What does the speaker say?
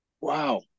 wow